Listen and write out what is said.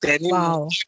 Wow